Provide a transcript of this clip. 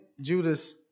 Judas